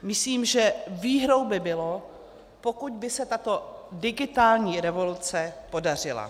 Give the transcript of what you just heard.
Myslím, že výhrou by bylo, pokud by se tato digitální revoluce podařila.